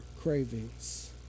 cravings